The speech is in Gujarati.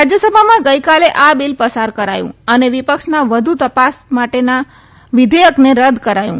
રાજ્યસભામાં ગઇકાલે આ બિલ પસાર કરાયું અને વિપક્ષના વધુ તપાસ માટેના વિધેયકને રદ કરાયું